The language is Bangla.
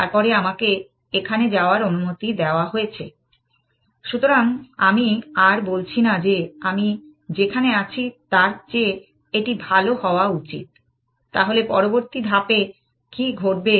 তারপরে আমাকে এখানে যাওয়ার অনুমতি দেওয়া হয়েছে যেহেতু আমি আর বলছি না যে আমি যেখানে আছি তার চেয়ে এটি ভাল হওয়া উচিত তাহলে পরবর্তী ধাপে কী ঘটবে